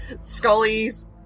Scully's